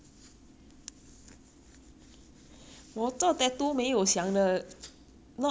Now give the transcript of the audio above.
我做 tattoo 没有想的 not now lah 以后 lor 做大大个的